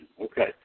Okay